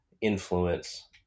influence